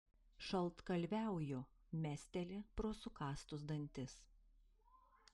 šaltkalviauju mesteli pro sukąstus dantis